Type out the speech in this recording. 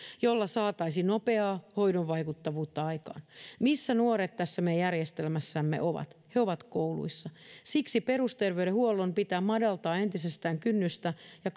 joilla saataisiin nopeaa hoidon vaikuttavuutta aikaan missä nuoret tässä järjestelmässämme ovat he ovat kouluissa siksi perusterveydenhuollon pitää madaltaa entisestään kynnystä ja